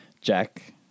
Jack